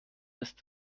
ist